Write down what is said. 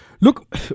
Look